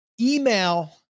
Email